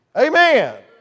Amen